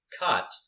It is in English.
cut